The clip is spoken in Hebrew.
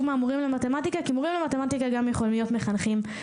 מהמורים למתמטיקה כי מורים למתמטיקה גם יכולים להיות מחנכים.